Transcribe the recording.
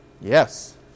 Yes